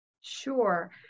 Sure